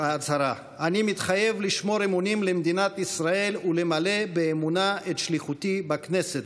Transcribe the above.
לשמור אמונים למדינת ישראל ולמלא באמונה את שליחותי בכנסת".